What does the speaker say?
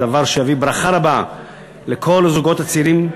דבר שיביא ברכה רבה לכל הזוגות הצעירים.